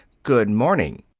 good morning!